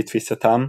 לתפיסתם,